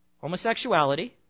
Homosexuality